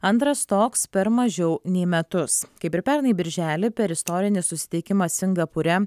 antras toks per mažiau nei metus kaip ir pernai birželį per istorinį susitikimą singapūre